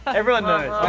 everyone knows.